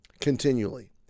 continually